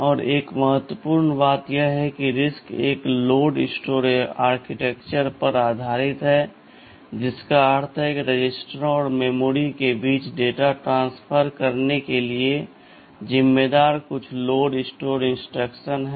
और एक और महत्वपूर्ण बात यह है कि RISC एक लोड स्टोर आर्किटेक्चर पर आधारित है जिसका अर्थ है कि रजिस्टरों और मेमोरी के बीच डेटा ट्रांसफर करने के लिए जिम्मेदार कुछ लोड और स्टोर इंस्ट्रक्शन हैं